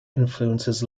influences